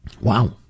Wow